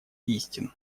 истин